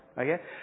Okay